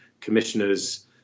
commissioners